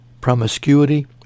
promiscuity